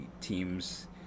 teams